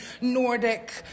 Nordic